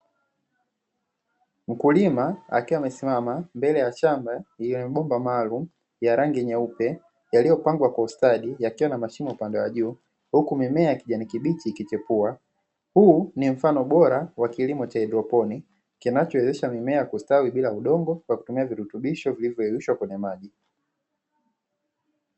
Mkulima akiwa amesimama mbele ya shamba lililo na mabomba maalumu ya rangi nyeupe yaliyo pangwa kwa ustadi yakiwa na mashimo upande wa juu , huku mimea ya kijani kibichi ikichipua, huu ni mfano bora wa kilimo cha hydroponiki kinachowezesha mimea kustawi bila udongo, kwa kutumia virutubisho vilivyo yeyushwa kwenye maji.